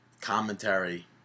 commentary